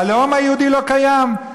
הלאום היהודי לא קיים.